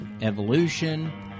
evolution